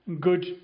good